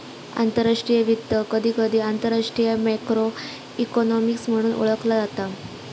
आंतरराष्ट्रीय वित्त, कधीकधी आंतरराष्ट्रीय मॅक्रो इकॉनॉमिक्स म्हणून ओळखला जाता